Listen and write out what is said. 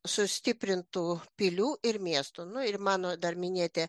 sustiprintų pilių ir miestų nu ir mano dar minėti